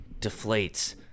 deflates